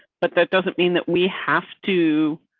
but that doesn't mean that we have to.